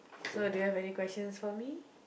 so do you have any questions for me